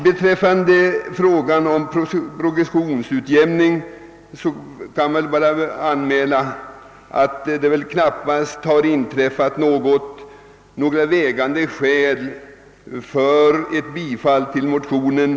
Beträffande frågan om progressionsutjämning anser vi att det sedan förslaget behandlades förra året knappast inträffat något som kan utgöra bärande skäl för ett bifall till motionerna.